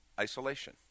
isolation